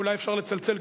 אולי אפשר לצלצל,